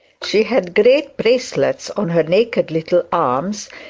she had great bracelets on her naked little arms,